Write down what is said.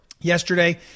yesterday